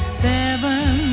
seven